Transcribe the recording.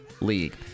league